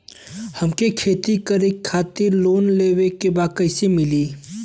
हमके खेती करे खातिर लोन लेवे के बा कइसे मिली?